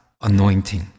anointing